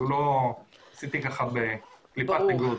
אלה הדברים בקליפת אגוז.